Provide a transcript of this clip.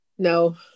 No